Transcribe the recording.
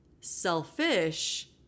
selfish